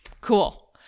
cool